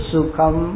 Sukam